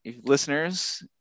listeners